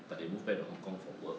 but they moved back to hong-kong for work